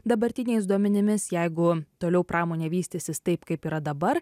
dabartiniais duomenimis jeigu toliau pramonė vystysis taip kaip yra dabar